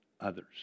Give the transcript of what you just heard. others